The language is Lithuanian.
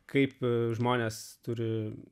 kaip žmonės turi